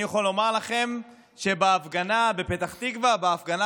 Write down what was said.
אני יכול לומר לכם שבהפגנה בפתח תקווה ובהפגנה